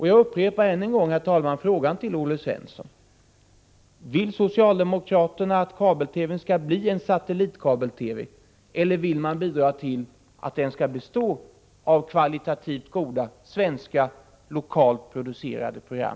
Jag upprepar än en gång min fråga till Olle Svensson: Vill socialdemokraterna att kabel-TV skall bli en satellitkabel-TV, eller vill socialdemokraterna bidra till att den skall bestå av kvalitativt goda svenska lokalt producerade program?